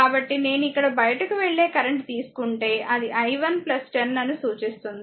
కాబట్టి నేను ఇక్కడ బయటకు వెళ్లే కరెంట్ తీసుకుంటే అది i 1 10 అని సూచిస్తుంది